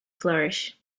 flourish